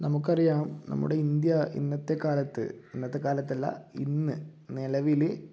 നമുക്കറിയാം നമ്മുടെ ഇന്ത്യ ഇന്നത്തെ കാലത്ത് ഇന്നത്തെ കാലത്തല്ല ഇന്ന് നിലവിൽ